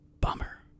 Bummer